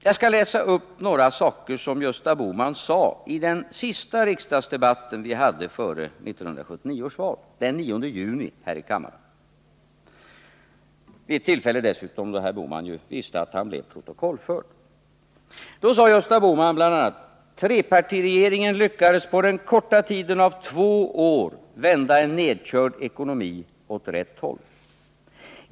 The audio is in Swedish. Jag skall läsa upp några yttranden av Gösta Bohman i den sista riksdagsdebatten före 1979 års val, nämligen den som hölls den 9 juni. Det var alltså vid ett tillfälle då herr Bohman visste att hans inlägg blev protokollförda. Då sade Gösta Bohman bl.a. följande: Trepartiregeringen ”lyckades sedan på den korta tiden av två år vända en nedkörd ekonomi åt rätt håll.